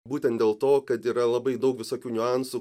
būtent dėl to kad yra labai daug visokių niuansų